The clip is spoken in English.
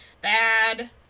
bad